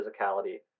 physicality